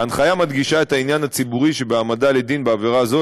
ההנחיה מדגישה את העניין הציבורי שבהעמדה לדין בעבירה זו,